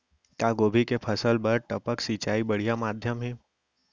का गोभी के फसल बर टपक सिंचाई बढ़िया माधयम हे?